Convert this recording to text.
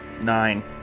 nine